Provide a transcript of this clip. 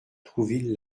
trouville